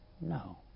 No